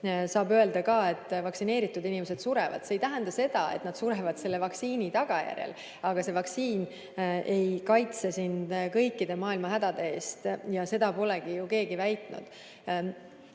öelda, et vaktsineeritud inimesed surevad. See ei tähenda, et nad surevad selle vaktsiini tagajärjel, aga see vaktsiin ei kaitse sind kõikide maailma hädade eest ja seda polegi ju keegi väitnud.